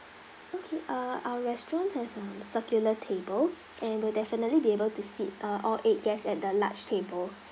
okay uh our restaurant has some circular table and will definitely be able to seat uh all eight guests at the large table